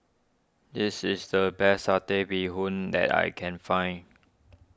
this is the best Satay Bee Hoon that I can find